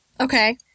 Okay